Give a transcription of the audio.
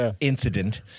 incident